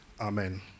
amen